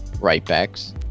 right-backs